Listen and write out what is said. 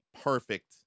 perfect